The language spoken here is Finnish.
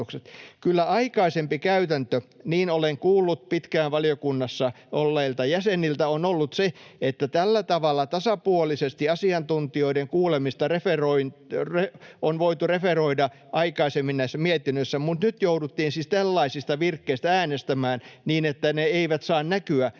Kyllä aikaisempi käytäntö — niin olen kuullut pitkään valiokunnassa olleilta jäseniltä — on ollut se, että tällä tavalla tasapuolisesti asiantuntijoiden kuulemista on voitu referoida aikaisemmin näissä mietinnöissä, mutta nyt jouduttiin siis tällaisista virkkeistä äänestämään, niin että ne eivät saa näkyä